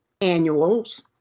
annuals